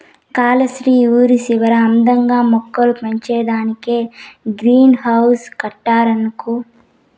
కాలస్త్రి ఊరి చివరన అందంగా మొక్కలు పెంచేదానికే గ్రీన్ హౌస్ కట్టినారక్కో